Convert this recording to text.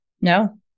No